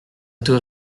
taux